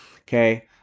Okay